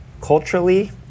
culturally